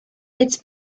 it’s